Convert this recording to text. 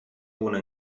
alguna